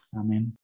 amen